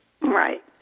Right